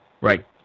Right